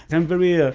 i'm very yeah